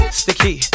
sticky